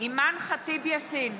אימאן ח'טיב יאסין,